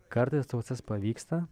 kartais tau tas pavyksta